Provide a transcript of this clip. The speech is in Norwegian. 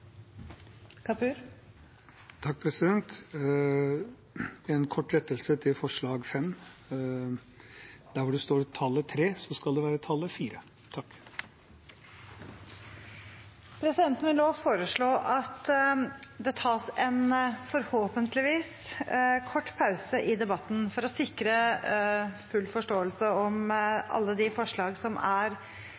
En kort rettelse til forslag nr. 5: Der hvor det står tallet 3, skal det være tallet 4. Stortinget tar nå en forhåpentligvis kort pause i debatten for å sikre full forståelse om